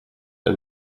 and